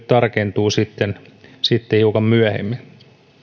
tarkentuu sitten sitten hiukan myöhemmin